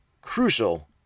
crucial